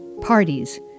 parties